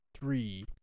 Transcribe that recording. three